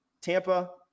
Tampa